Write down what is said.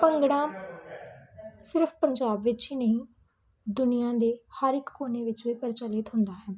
ਭੰਗੜਾ ਸਿਰਫ ਪੰਜਾਬ ਵਿੱਚ ਹੀ ਨਹੀਂ ਦੁਨੀਆਂ ਦੇ ਹਰ ਇੱਕ ਕੋਨੇ ਵਿੱਚ ਵੀ ਪ੍ਰਚਲਿਤ ਹੁੰਦਾ ਹੈ